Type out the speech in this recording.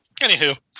anywho